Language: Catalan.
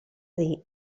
dir